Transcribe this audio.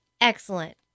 Excellent